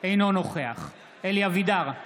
אינו נוכח אלי אבידר,